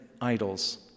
idols